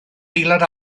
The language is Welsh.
aelod